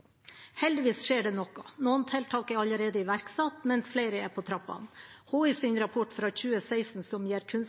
Heldigvis skjer det noe. Noen tiltak er allerede iverksatt, mens flere er på trappene. Havforskningsinstituttets rapport fra 2016, som gir